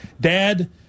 Dad